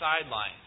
sidelines